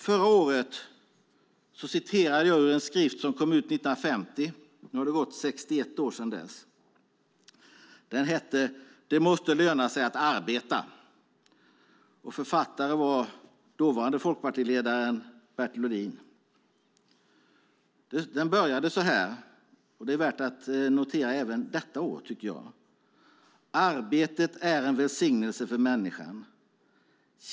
Förra året citerade jag ur en skrift som kom ut 1950. Nu har det gått 61 år sedan dess. Den heter: Det måste löna sig att arbeta. Författare var dåvarande folkpartiledaren Bertil Ohlin. Den börjar så här, och det är värt att notera även detta år: Arbetet är en välsignelse för människan.